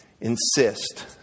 insist